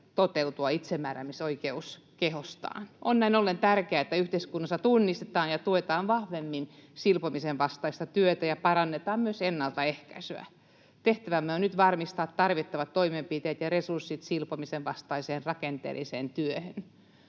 toteutua itsemääräämisoikeus kehostaan. On näin ollen tärkeää, että yhteiskunnassa tunnistetaan ja tuetaan vahvemmin silpomisen vastaista työtä ja parannetaan myös ennaltaehkäisyä. Tehtävämme on nyt varmistaa tarvittavat toimenpiteet ja resurssit silpomisen vastaiseen rakenteelliseen työhön.